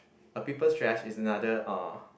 a people's trash is another uh